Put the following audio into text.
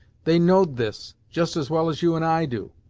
they know'd this, just as well as you and i do,